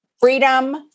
Freedom